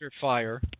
fire